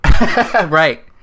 Right